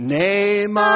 name